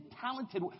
talented